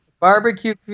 barbecue